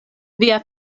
via